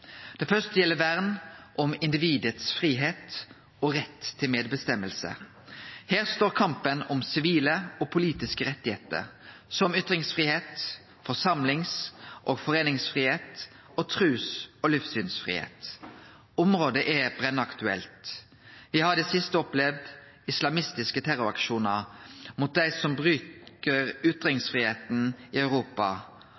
Det første gjeld vern om individets fridom og medråderett. Her står kampen om sivile og politiske rettar som ytringsfridom, forsamlings- og foreiningsfridom og trus- og livsynssfridom. Området er brennaktuelt. Me har i det siste opplevd islamistiske terroraksjonar mot dei som bruker ytringsfridomen i Europa,